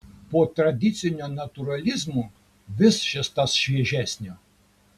po tradicinio natūralizmo vis šis tas šviežesnio